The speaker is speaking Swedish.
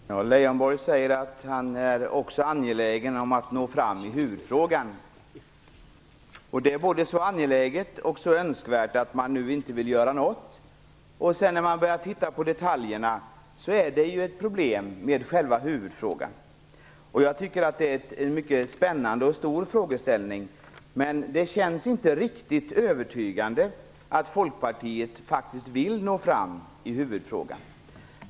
Fru talman! Lars Leijonborg säger att också han är angelägen om att nå fram till en lösning av huvudfrågan. Det är så angeläget och önskvärt att man nu inte vill göra någonting. Sedan när man börjar att titta på detaljerna är det problem med själva huvudfrågan. Jag tycker att det är en mycket spännande och stor frågeställning, men det känns inte riktigt övertygande att Folkpartiet faktiskt vill nå fram till en lösning.